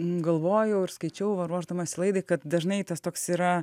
galvojau ir skaičiau va ruošdamasi laidai kad dažnai tas toks yra